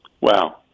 Wow